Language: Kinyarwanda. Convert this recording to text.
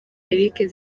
eric